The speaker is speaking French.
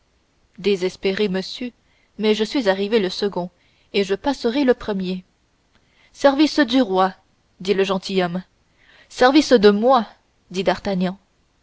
désespéré monsieur mais je suis arrivé le second et je passerai le premier service du roi dit le gentilhomme service de moi dit